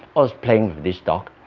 was playing with this dog